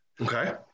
okay